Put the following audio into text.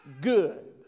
good